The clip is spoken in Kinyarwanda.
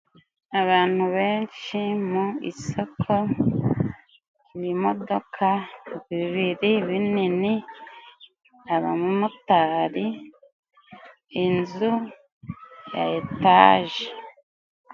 Abantu benshi mu isoko, ibimodoka bibiri binini, abamotari, inzu ya etaje.